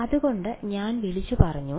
അതുകൊണ്ട് ഞാൻ വിളിച്ചു പറഞ്ഞു